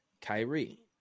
Kyrie